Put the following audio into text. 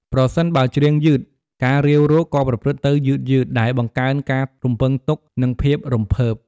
ប្រសិនបើច្រៀងយឺត ការរាវរកក៏ប្រព្រឹត្តទៅយឺតៗ ដែលបង្កើនការរំពឹងទុក និងភាពរំភើប។